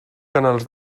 canals